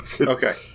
Okay